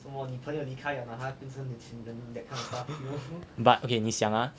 but okay 你想啊